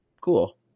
cool